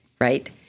right